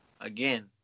again